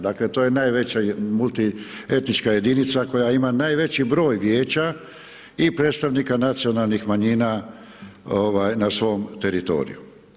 Dakle to je najveća multietnička jedinica koja ima najveći broj vijeća i predstavnika nacionalnih manjina na svom teritoriju.